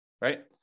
right